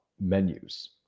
menus